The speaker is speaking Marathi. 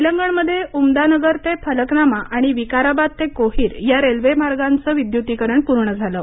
तेलंगणमध्ये उमदानगर ते फलकनामा आणि विकाराबाद ते कोहीर या रेल्वे मार्गांचं विद्युतीकरण पूर्ण झालं